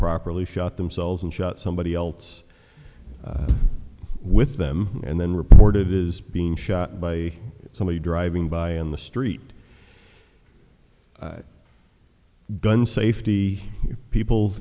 properly shot themselves and shot somebody else with them and then reported is being shot by somebody driving by in the street gun safety people